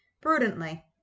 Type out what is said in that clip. Prudently